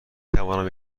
توانم